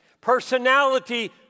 personality